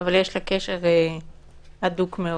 אבל יש לה קשר הדוק מאוד.